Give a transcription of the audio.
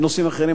בנושאים אחרים,